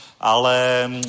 ale